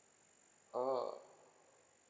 oh